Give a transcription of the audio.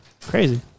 Crazy